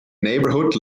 neighborhood